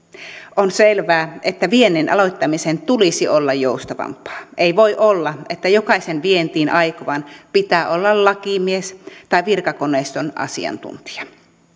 on selvää että viennin aloittamisen tulisi olla joustavampaa ei voi olla niin että jokaisen vientiin aikovan pitää olla lakimies tai virkakoneiston asiantuntija